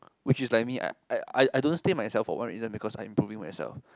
which is like I need I I I don't stay myself for one reason because I improving myself